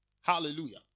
Hallelujah